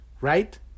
right